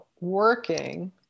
working